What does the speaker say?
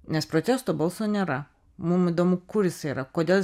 nes protesto balso nėra mum įdomu kur jisai yra kodėl